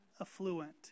affluent